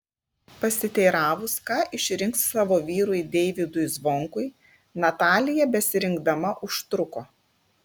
pasiteiravus ką išrinks savo vyrui deivydui zvonkui natalija besirinkdama užtruko